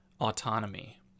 autonomy